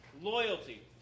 Loyalty